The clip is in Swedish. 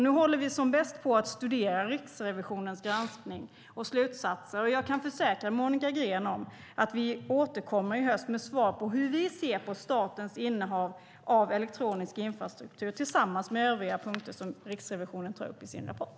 Nu håller vi som bäst på att studera Riksrevisionens granskning och slutsatser. Jag kan försäkra Monica Green att vi återkommer i höst med svar på hur vi ser på statens innehav av elektronisk infrastruktur tillsammans med övriga punkter som Riksrevisionen tar upp i sin rapport.